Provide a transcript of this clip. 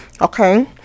Okay